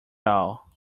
all